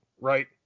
right